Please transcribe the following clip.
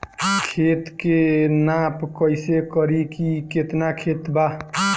खेत के नाप कइसे करी की केतना खेत बा?